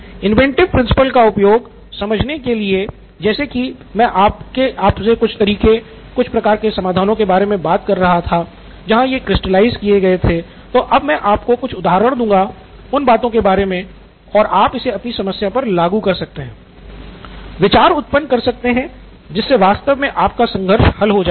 inventive principle का उपयोग समझाने के लिए जैसे कि मैं आपसे कुछ तरीकों कुछ प्रकार के समाधानों के बारे में बात कर रहा था जहां ये क्रिस्टलाइज़ किए गए थे तो अब मैं आपको कुछ उदाहरण दूँगा उन बातों के बारे मे और आप इसे अपनी समस्या पर लागू कर सकते हैं विचार उत्पन्न कर सकते हैं जिससे वास्तव मे आपका संघर्ष हल हो जाएगा